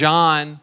John